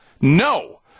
No